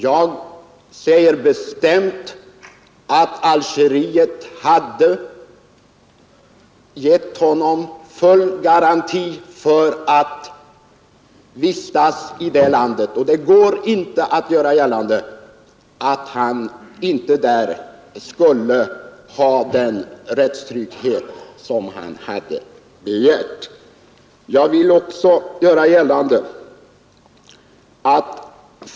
Jag säger bestämt att Algeriet hade gett honom full garanti för vistelse i det landet. Det går inte att göra gällande att han inte där skulle ha den rättstrygghet som han hade begärt.